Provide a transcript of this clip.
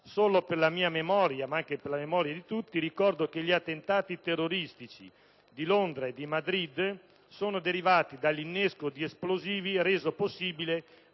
Per mia memoria, ma anche per la memoria di tutti, ricordo che gli attentati terroristici di Londra e di Madrid sono stati causati dall'innesco di esplosivi reso possibile